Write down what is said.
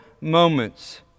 moments